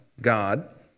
God